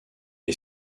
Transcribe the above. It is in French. est